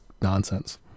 nonsense